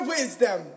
Wisdom